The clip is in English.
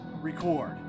record